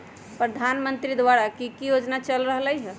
प्रधानमंत्री द्वारा की की योजना चल रहलई ह?